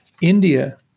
India